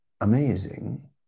amazing